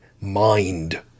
mind